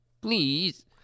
Please